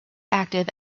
active